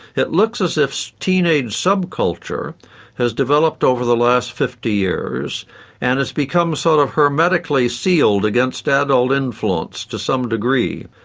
it looks as if a teenage subculture has developed over the last fifty years and it's become sort of hermetically sealed against adult influence to some degree.